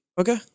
Okay